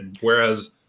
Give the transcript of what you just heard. Whereas